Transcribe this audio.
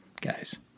guys